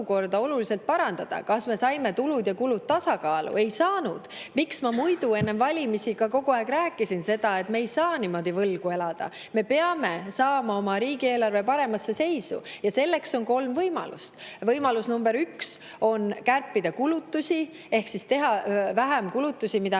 olukorda oluliselt parandada. Kas me saime tulud ja kulud tasakaalu? Ei saanud! Miks ma muidu enne valimisi kogu aeg rääkisin seda, et me ei saa niimoodi võlgu elada. Me peame saama oma riigieelarve paremasse seisu ja selleks on kolm võimalust. Võimalus number üks on kärpida kulutusi ehk teha vähem kulutusi, kui